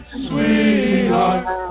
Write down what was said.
sweetheart